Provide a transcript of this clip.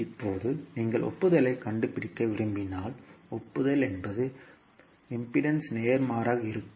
இப்போது நீங்கள் ஒப்புதலைக் கண்டுபிடிக்க விரும்பினால் ஒப்புதல் என்பது மின்மறுப்பின் நேர்மாறாக இருக்கும்